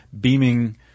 beaming